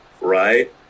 Right